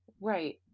Right